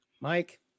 Mike